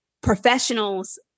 professionals